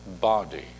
body